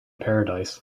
paradise